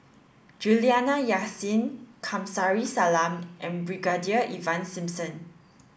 Juliana Yasin Kamsari Salam and Brigadier Ivan Simson